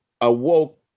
awoke